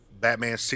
batman